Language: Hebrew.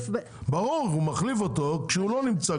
ברור שהוא מחליף אותו כשהוא לא נמצא,